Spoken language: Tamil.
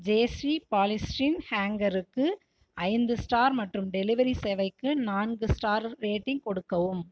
ஜெயஸ்ரீ பாலிஸ்டிரீன் ஹேங்கருக்கு ஐந்து ஸ்டார் மற்றும் டெலிவரி சேவைக்கு நான்கு ஸ்டார் ரேட்டிங் கொடுக்கவும்